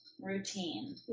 routine